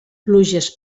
pluges